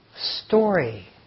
story